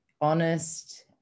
honest